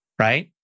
right